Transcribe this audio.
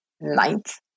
ninth